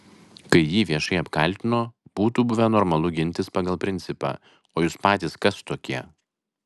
kai jį viešai apkaltino būtų buvę normalu gintis pagal principą o jūs patys kas tokie